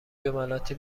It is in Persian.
جملاتی